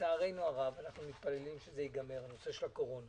לצערנו הרב אנחנו מתפללים שזה ייגמר הקורונה